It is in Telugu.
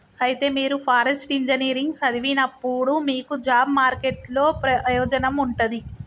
అయితే మీరు ఫారెస్ట్ ఇంజనీరింగ్ సదివినప్పుడు మీకు జాబ్ మార్కెట్ లో ప్రయోజనం ఉంటది